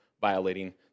violating